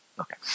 Okay